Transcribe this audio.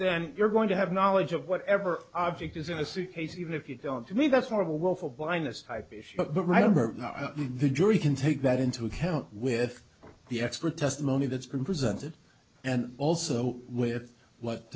then you're going to have knowledge of whatever object is in a suitcase even if you don't to me that's more of a willful blindness but remember the jury can take that into account with the expert testimony that's been presented and also with what